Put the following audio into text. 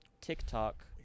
TikTok